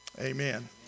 Amen